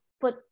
put